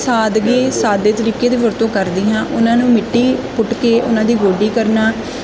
ਸਾਦਗੀ ਸਾਦੇ ਤਰੀਕੇ ਦੀ ਵਰਤੋਂ ਕਰਦੀ ਹਾਂ ਉਨ੍ਹਾਂ ਨੂੰ ਮਿੱਟੀ ਪੁੱਟ ਕੇ ਉਨ੍ਹਾਂ ਦੀ ਗੋਡੀ ਕਰਨਾ